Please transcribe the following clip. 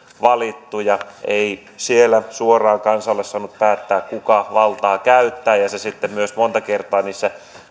valittuja ei siellä suoraan kansa ole saanut päättää kuka valtaa käyttää ja se sitten myös monta kertaa niissä